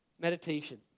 Meditation